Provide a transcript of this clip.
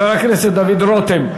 חבר הכנסת דוד רותם,